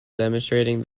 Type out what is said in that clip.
demonstrating